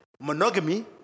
monogamy